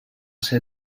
ser